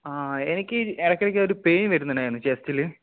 ആ എനിക്ക് ഇടയ്ക്കിടയ്ക്ക് ഒരു പെയിൻ വരുന്നുണ്ടായിരുന്നു ചെസ്റ്റിൽ